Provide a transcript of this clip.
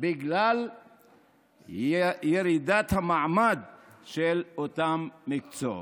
בגלל ירידת המעמד של אותם מקצועות.